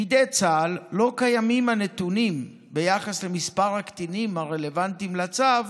בידי צה"ל לא קיימים הנתונים ביחס למספר הקטינים הרלוונטי לצו,